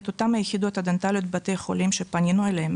את אותן היחידות הדנטליות בבתי החולים שפנינו אליהם,